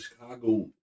Chicago